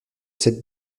sept